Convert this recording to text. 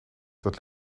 dat